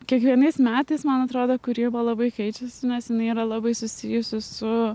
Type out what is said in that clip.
kiekvienais metais man atrodo kūryba labai keičiasi nes jinai yra labai susijusi su